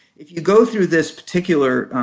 if you go through this particular